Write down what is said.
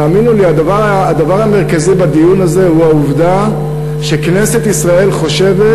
תאמינו לי שהדבר המרכזי בדיון הזה הוא העובדה שכנסת ישראל חושבת,